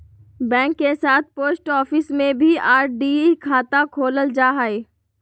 bank के साथ post office में भी आर.डी खाता खोलल जा हइ